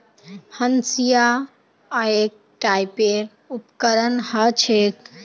हंसिआ एक टाइपेर उपकरण ह छेक